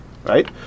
right